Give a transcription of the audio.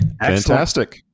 Fantastic